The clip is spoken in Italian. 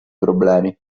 problemi